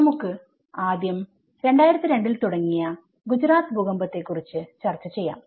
നമുക്ക് ആദ്യം 2002 ൽ തുടങ്ങിയ ഗുജറാത്ത് ഭൂകമ്പത്തെ കുറിച്ച് ചർച്ച ചെയ്യാം